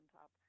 top